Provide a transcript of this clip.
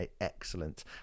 excellent